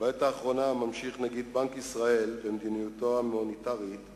העובדה שריבית בנק ישראל היא הנמוכה ביותר בתולדות מדינת ישראל,